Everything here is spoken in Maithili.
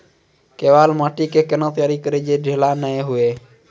केवाल माटी के कैना तैयारी करिए जे ढेला नैय हुए?